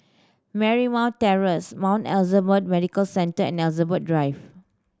Marymount Terrace Mount Elizabeth Medical Centre and Elizabeth Drive